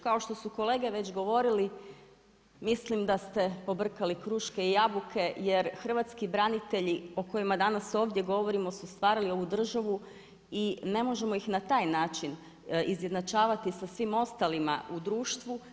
Kao što su kolege već govorili mislim da ste pobrkali kruške i jabuke, jer hrvatski branitelji o kojima danas ovdje govorimo su stvarali ovu državu i ne možemo ih na taj način izjednačavati sa svim ostalima u društvu.